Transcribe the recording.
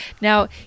now